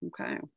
Okay